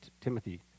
Timothy